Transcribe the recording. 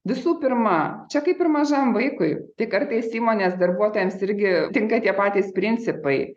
visų pirma čia kaip ir mažam vaikui tik kartais įmonės darbuotojams irgi tinka tie patys principai